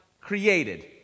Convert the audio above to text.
created